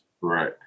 Right